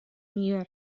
мер